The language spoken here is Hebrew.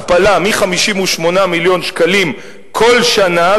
מ-58 מיליון שקלים כל שנה,